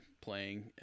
playing